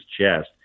chest